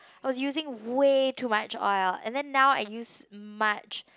I was using way too much oil and then now I use much